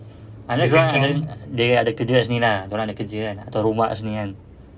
unless dia orang ada they ada kerja dekat sini lah dia orang ada kerja kan atau rumah kat sini kan